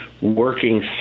working